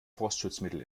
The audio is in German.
frostschutzmittel